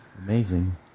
amazing